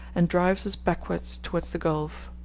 and drives us backwards towards the gulf.